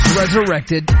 resurrected